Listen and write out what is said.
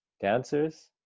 dancers